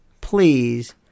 please